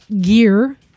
gear